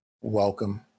Welcome